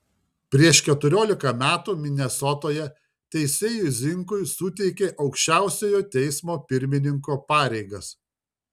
prieš keturiolika metų minesotoje teisėjui zinkui suteikė aukščiausiojo teismo pirmininko pareigas